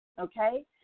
okay